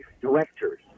directors